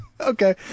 Okay